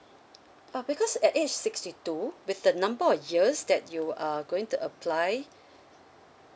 ah because at age sixty two with the number of years that you are going to apply